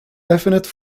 definite